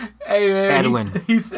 Edwin